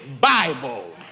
bible